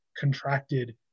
contracted